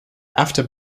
after